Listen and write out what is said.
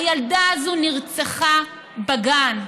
הילדה הזו נרצחה בגן.